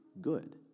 good